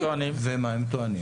ומה הם טוענים?